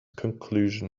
conclusion